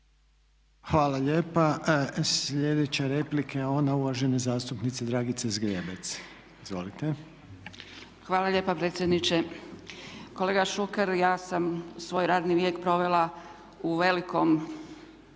Hvala lijepa. Sljedeća replika je ona uvažene zastupnice Dragice Zgrebec. Izvolite. **Zgrebec, Dragica (SDP)** Hvala lijepa predsjedniče. Kolega Šuker, ja sam svoj radni vijek provela u velikom